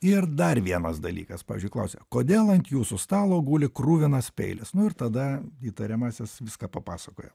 ir dar vienas dalykas pavyzdžiui klausia kodėl ant jūsų stalo guli kruvinas peilis ir tada įtariamasis viską papasakoja